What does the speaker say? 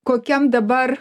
kokiam dabar